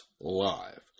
live